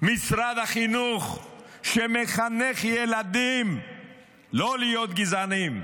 משרד החינוך שמחנך ילדים לא להיות גזענים,